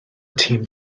tîm